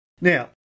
Now